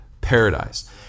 paradise